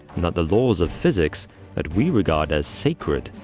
and that the laws of physics that we regard as sacred,